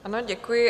Ano, děkuji.